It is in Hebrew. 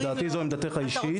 לדעתי זו עמדתך האישית.